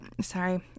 Sorry